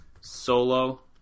Solo